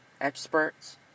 Experts